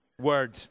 word